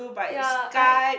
ya I